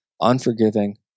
unforgiving